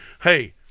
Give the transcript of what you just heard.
hey –